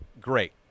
Great